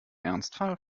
ernstfall